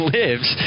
lives